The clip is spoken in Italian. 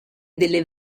delle